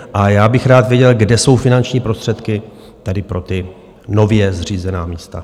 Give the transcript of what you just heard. a já bych rád věděl, kde jsou finanční prostředky tady pro ta nově zřízená místa.